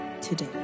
today